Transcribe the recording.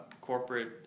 Corporate